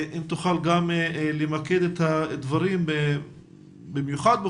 אם תוכל גם למקד את הדברים במיוחד לגבי